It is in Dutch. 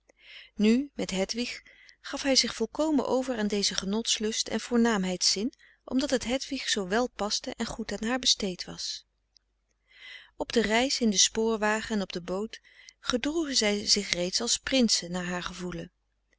nu met hedwig gaf hij zich volkomen over aan dezen genotslust en voornaamheidszin omdat het hedwig zoo wel paste en goed aan haar besteed was op de reis in den spoor wagen en op de boot gedroegen zij zich reeds als prinsen naar haar gevoelen